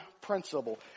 principle